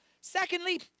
Secondly